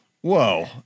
whoa